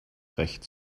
recht